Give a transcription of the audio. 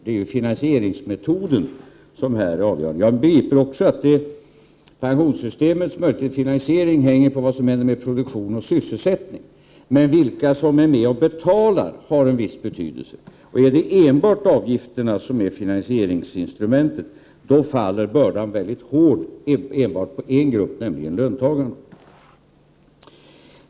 Det är ju finansieringsmetoden som i detta sammanhang är avgörande. Jag begriper också att pensionssystemets möjlighet till finansiering hänger samman med vad som händer med produktion och sysselsättning. Men vilka som är med och betalar har en viss betydelse. Om det enbart är avgifterna som är finansieringsinstrument, då faller bördan mycket hårt på enbart på en grupp, nämligen på löntagarna.